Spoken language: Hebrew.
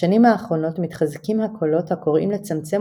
"בשנים האחרונות מתחזקים הקולות הקוראים לצמצם